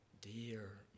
dear